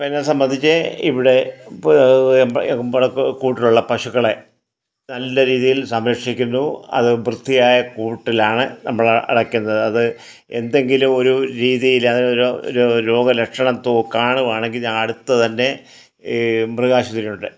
ഇപ്പോൾ എന്നെ സംബന്ധിച്ച് ഇവിടെ ഇവിടെ കൂട്ടിലുള്ള പശുക്കളെ നല്ല രീതിയിൽ സംരക്ഷിക്കുന്നു അത് വൃത്തിയായ കൂട്ടിലാണ് നമ്മൾ അടയ്ക്കുന്നത് അത് എന്തെങ്കിലും ഒര് രീതിയില് അത് ഒര് ഒര് രോഗലക്ഷണം തോ കാണുകയാണെങ്കിൽ ഞാൻ അടുത്ത് തന്നെ ഈ മൃഗാശുപത്രിയിലോട്ട്